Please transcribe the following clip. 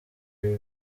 ibi